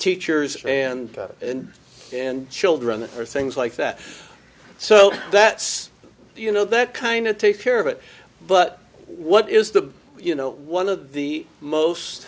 teachers and in children or things like that so that's you know that kind of takes care of it but what is the you know one of the most